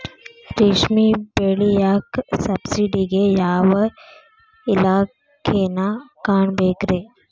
ರೇಷ್ಮಿ ಬೆಳಿಯಾಕ ಸಬ್ಸಿಡಿಗೆ ಯಾವ ಇಲಾಖೆನ ಕಾಣಬೇಕ್ರೇ?